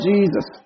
Jesus